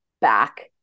back